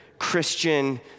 Christian